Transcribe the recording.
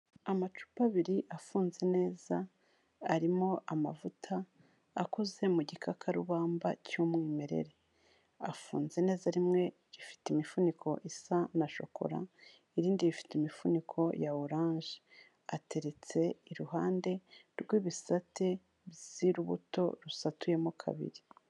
Amacupa abiri afunze neza, arimo amavuta akoze mu gikakarubamba cy'umwimerere. Afunze neza rimwe rifite imifuniko isa na shokora, irindi rifite imifuniko ya orange. Ateretse iruhande rw'ibisate by'urubuto rusatuyemo kabiri.